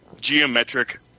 geometric